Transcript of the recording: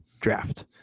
draft